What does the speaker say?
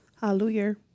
Hallelujah